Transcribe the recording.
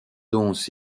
denses